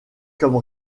comme